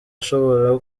ashobora